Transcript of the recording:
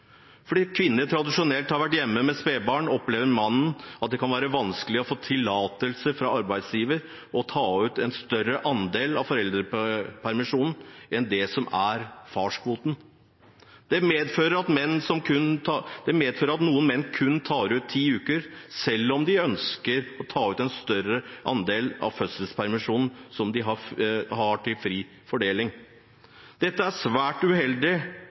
Fordi kvinner tradisjonelt har vært hjemme med spedbarnet, opplever mannen at det kan være vanskelig å få tillatelse fra arbeidsgiver til å ta ut en større andel av foreldrepermisjonen enn det som er fars kvote. Det medfører at noen menn kun tar ut ti uker, selv om de ønsker å ta ut en større andel av foreldrepermisjonen som de har til fri fordeling. Dette er svært uheldig